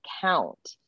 count